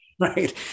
right